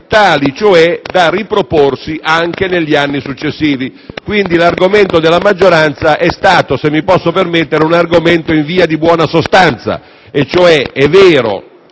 tali cioè da riproporsi anche negli anni successivi. Quindi, quello della maggioranza è stato, mi si consenta, un argomento in via di buona sostanza, e cioè: è vero